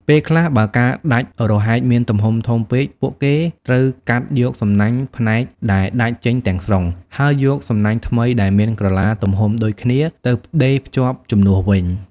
ពេលខ្លះ បើការដាច់រហែកមានទំហំធំពេក ពួកគេត្រូវកាត់យកសំណាញ់ផ្នែកដែលដាច់ចេញទាំងស្រុង ហើយយកសំណាញ់ថ្មីដែលមានក្រឡាទំហំដូចគ្នាទៅដេរភ្ជាប់ជំនួសវិញ។